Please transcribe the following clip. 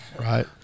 Right